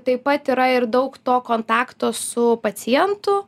taip pat yra ir daug to kontakto su pacientu